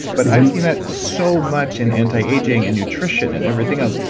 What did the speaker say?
but i've seen that so much in anti-aging and nutrition and everything else.